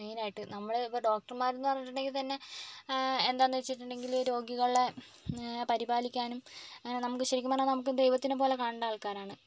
മെയിനായിട്ട് നമ്മളിപ്പോൾ ഡോക്ടർമാരെന്നു പറഞ്ഞിട്ടുണ്ടെങ്കിൽ തന്നെ എന്താന്നു വെച്ചിട്ടുണ്ടങ്കിൽ രോഗികളെ പരിപാലിക്കാനും അങ്ങനെ നമുക്ക് ശരിക്കും പറഞ്ഞാൽ നമുക്ക് ദൈവത്തിനെ പോലെ കാണേണ്ട ആൾക്കാരാണ്